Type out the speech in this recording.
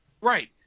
Right